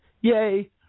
Yay